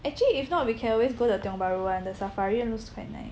actually if not we can always go the Tiong Bahru [one] the safari [one] looks quite nice